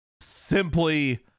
Simply